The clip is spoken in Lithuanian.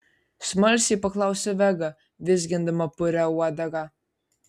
smalsiai paklausė vega vizgindama purią uodegą